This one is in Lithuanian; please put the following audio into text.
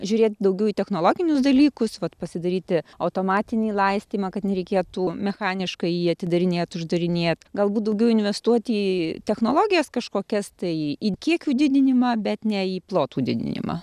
žiūrėt daugiau į technologinius dalykus vat pasidaryti automatinį laistymą kad nereikėtų mechaniškai jį atidarinėt uždarinėt galbūt daugiau investuoti į technologijas kažkokias tai į kiekių didinimą bet ne plotų didinimą